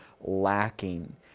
lacking